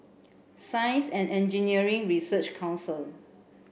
Science and Engineering Research Council